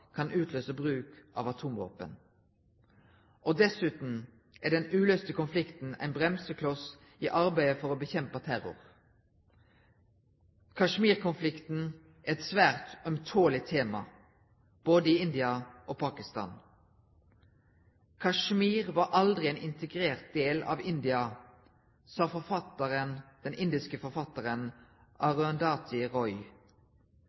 kan utløse bruk av atomvåpen. Dessuten er den uløste konflikten en bremsekloss i arbeidet for å bekjempe terror. Kashmir-konflikten er et svært ømtålig tema både i India og i Pakistan. Kashmir var aldri en integrert del av India, sa den indiske forfatteren